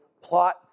plot